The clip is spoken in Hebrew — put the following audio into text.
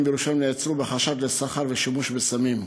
בירושלים נעצרו בחשד לסחר ושימוש בסמים.